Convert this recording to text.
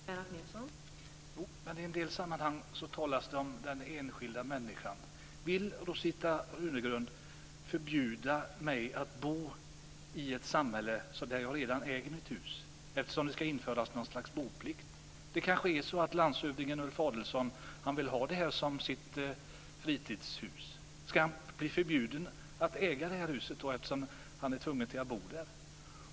Fru talman! Jo, men i en del sammanhang talas det om den enskilda människan. Vill Rosita Runegrund förbjuda mig att bo i ett samhälle där jag redan äger mitt hus eftersom det ska införas något slags boplikt? Det kanske är så att landshövdingen Ulf Adelsohn vill ha det här som sitt fritidshus. Ska han förbjudas att äga det här huset då eftersom han ska vara tvungen att bo där?